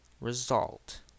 result